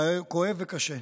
כואב וקשה.